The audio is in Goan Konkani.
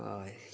हय